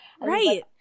Right